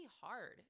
hard